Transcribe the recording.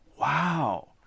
wow